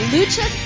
Lucha